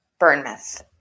Burnmouth